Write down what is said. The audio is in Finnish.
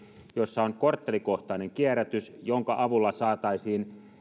jossa on korttelikohtainen kierrätys jonka avulla saataisiin